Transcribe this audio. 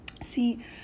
See